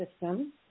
system